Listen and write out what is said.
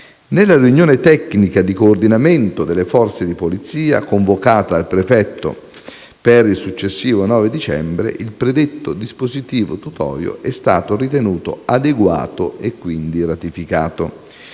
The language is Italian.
Nella riunione tecnica di coordinamento delle forze di polizia, convocata dal prefetto per il successivo 9 dicembre, il predetto dispositivo tutorio è stato ritenuto adeguato e, quindi, ratificato.